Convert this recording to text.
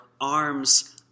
arms